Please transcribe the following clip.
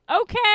okay